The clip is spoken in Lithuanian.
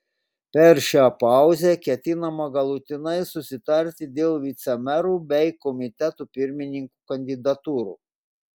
per šią pauzę ketinama galutinai susitarti dėl vicemerų bei komitetų pirmininkų kandidatūrų